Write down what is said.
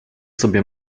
sobie